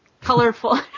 colorful